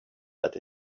that